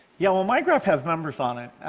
yeah well, my graph has numbers on it.